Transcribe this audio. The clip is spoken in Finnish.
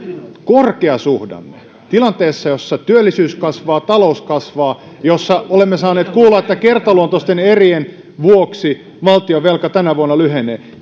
korkeasuhdanne tilanteessa jossa työllisyys kasvaa talous kasvaa jossa olemme saaneet kuulla että kertaluontoisten erien vuoksi valtionvelka tänä vuonna lyhenee